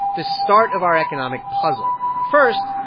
the start of our economic puzzle. first,